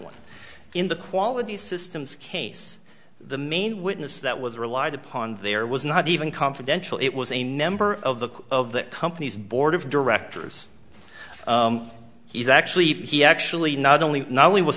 one in the quality systems case the main witness that was relied upon there was not even confidential it was a number of the of that company's board of directors he's actually he actually not only not only was